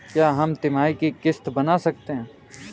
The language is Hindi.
क्या हम तिमाही की किस्त बना सकते हैं?